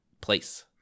place